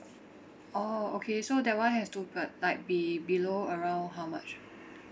orh okay so that one have to but like be below around how much